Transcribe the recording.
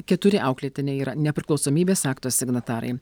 keturi auklėtiniai yra nepriklausomybės akto signatarai